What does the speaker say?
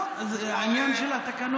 לא, זה עניין של התקנון.